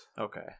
Okay